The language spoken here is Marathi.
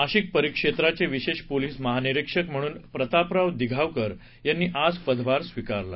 नाशिक परिक्षेत्राचे विशेष पोलीस महानिरीक्षक म्हणून प्रतापराव दिघावकर यांनी आज पदभार स्वीकारला